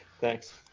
Thanks